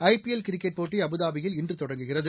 IPL cricket போட்டி அபுதாபியில் இன்று தொடங்குகிறது